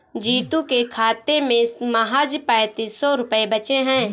जीतू के खाते में महज पैंतीस सौ रुपए बचे हैं